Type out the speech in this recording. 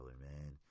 man